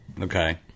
Okay